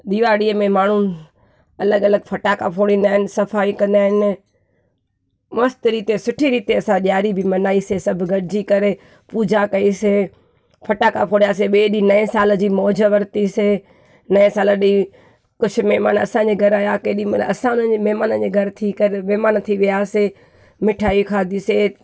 ॾियारीअ में माण्हू अलॻि अलॻि फटाका फोड़ींदा आहिनि सफाई कंदा आहिनि मस्तु रीते सुठी रीते असां ॾियारी बि मनाईसीं सभु गॾिजी करे पूॼा कईसीं फटाका फोड़ियासीं ॿिए ॾींहुं नए साल जी मौज वरितीसीं नए साल ॾींहुं कुझु महिमान असांजे घर आया केॾीमहिल असां उन्हनि जे महिमाननि जे घर थी करे महिमान थी वियासीं मिठाई खाधियुसीं